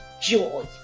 joy